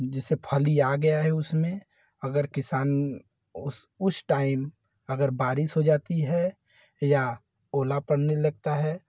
जैसे फली आ गया है उसमें अगर किसान उस उस टाइम अगर बारिश हो जाती है या ओला पड़ने लगता है